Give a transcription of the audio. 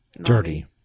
dirty